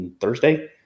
Thursday